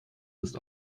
ist